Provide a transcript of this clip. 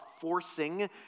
forcing